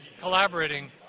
collaborating